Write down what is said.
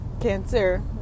cancer